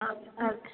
ஆ ஆ